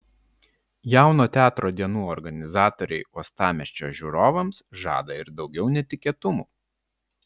jauno teatro dienų organizatoriai uostamiesčio žiūrovams žada ir daugiau netikėtumų